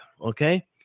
okay